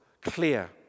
clear